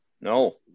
No